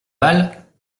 bal